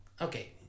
Okay